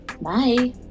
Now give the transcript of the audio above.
Bye